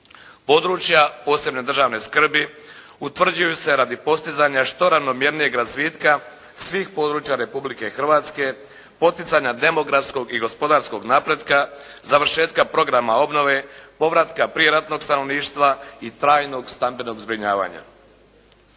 Područja posebne državne skrbi utvrđuju se radi postizanja što ravnomjernijeg razvitka svih područja Republike Hrvatske, poticanja demografskog i gospodarskog napretka, završetka programa obnove, povratka prijeratnog stanovništva i trajnog stambenog zbrinjavanja.